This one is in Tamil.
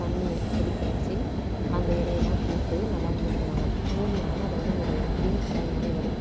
தண்ணியை கொதிக்க வச்சு அந்த இலையெல்லாம் போட்டு நல்லா மூடிவிடுவாங்க மூடினோன்ன அது வந்து ஒரு கிரீன் கலர் மாதிரி வரும்